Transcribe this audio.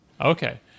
Okay